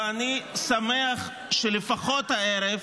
ואני שמח שלפחות הערב,